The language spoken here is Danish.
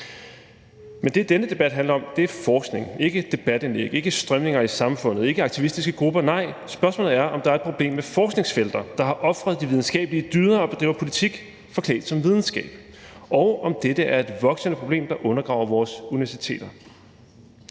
Men det, denne debat handler om, er forskning – ikke debatindlæg, ikke strømninger i samfundet, ikke aktivistiske grupper. Nej, spørgsmålet er, om der er et problem med forskningsfelter, der har ofret de videnskabelige dyder og bedriver politik forklædt som videnskab, og om dette er et voksende problem, der undergraver vores universiteter.